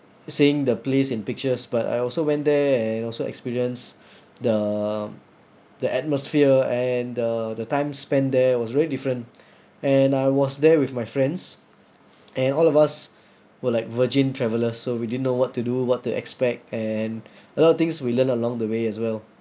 seeing the place in pictures but I also went there and also experienced the the atmosphere and the the time spent there was very different and I was there with my friends and all of us were like virgin traveler so we didn't know what to do what to expect and a lot of things we learn along the way as well